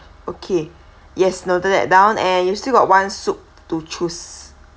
okay yes noted that down and you still got one soup to choose